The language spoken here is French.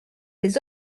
des